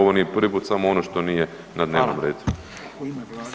Ovo nije prvi put, samo ono što nije na dnevnom redu.